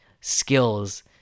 skills